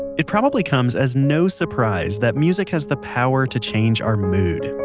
it probably comes as no surprise that music has the power to change our mood.